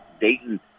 Dayton